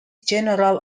general